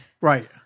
Right